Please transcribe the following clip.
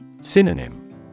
Synonym